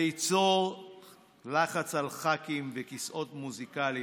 זה ייצור לחץ על ח"כים וכיסאות מוזיקליים,